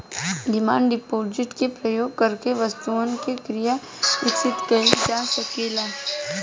demand deposit के प्रयोग करके वस्तुअन के क्रय विक्रय कईल जा सकेला